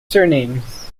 surnames